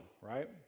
right